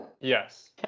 yes